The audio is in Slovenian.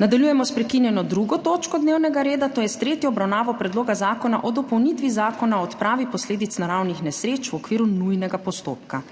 Nadaljujemo s prekinjeno 2. točko dnevnega reda, to je s tretjo obravnavo Predloga zakona o dopolnitvi Zakona o odpravi posledic naravnih nesreč v okviru nujnega postopka.